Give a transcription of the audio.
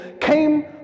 came